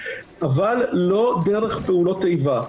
אבל אל דרך פעולות איבה.